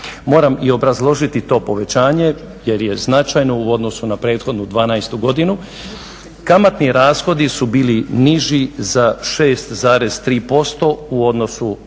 Moram i obrazložiti to povećanje jer je značajno u odnosu na prethodnu '12. godinu. Kamatni rashodi su bili niži za 6,3% u odnosu